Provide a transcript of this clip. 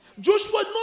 Joshua